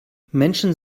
menschen